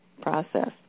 process